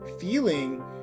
feeling